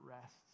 rests